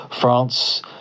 France